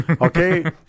Okay